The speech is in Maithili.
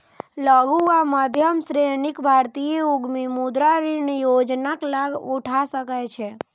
लघु आ मध्यम श्रेणीक भारतीय उद्यमी मुद्रा ऋण योजनाक लाभ उठा सकै छै